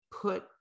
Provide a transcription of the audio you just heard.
put